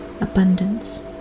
abundance